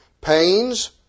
pains